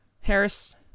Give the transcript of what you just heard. Harris